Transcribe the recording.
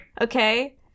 Okay